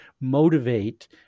motivate